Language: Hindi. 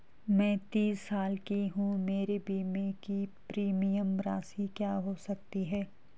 मैं तीस साल की हूँ मेरे बीमे की प्रीमियम राशि क्या हो सकती है?